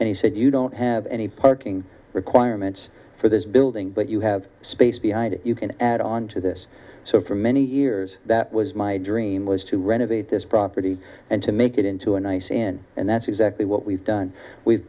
and he said you don't have any parking requirements for this building but you have space behind it you can add on to this so for many years that was my dream was to renovate this property and to make it into a nice in and that's exactly what we've done we've